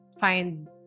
find